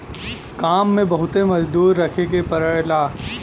काम में बहुते मजदूर रखे के पड़ला